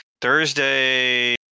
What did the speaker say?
Thursday